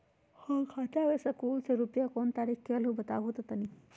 हमर खाता में सकलू से रूपया कोन तारीक के अलऊह बताहु त तनिक?